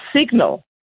signal